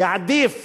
יעדיפו